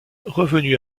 revenu